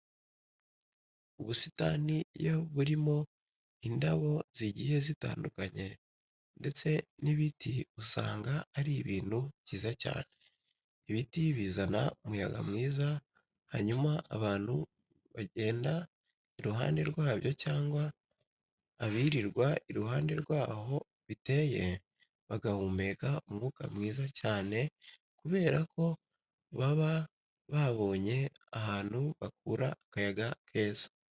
Ubusitani iyo burimo indabo zigiye zitandukanye ndetse n'ibiti usanga ari ibintu byiza cyane. Ibiti bizana umuyaga mwiza hanyuma abantu bagenda iruhande rwabyo cyangwa abirirwa iruhande rw'aho biteye bagahumeka umwuka mwiza cyane kubera ko baba babonye ahantu bakura akayaga keza.